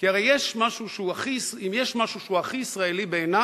כי הרי אם יש משהו שהוא הכי ישראלי בעיני